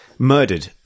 Murdered